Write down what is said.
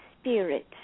spirit